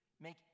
make